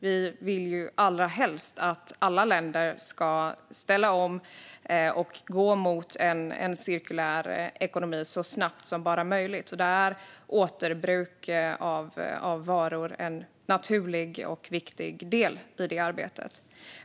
Vi vill ju allra helst att alla länder ska ställa om och gå mot en cirkulär ekonomi så snabbt som det bara är möjligt. Återbruk av varor är en naturlig och viktig del i detta arbete.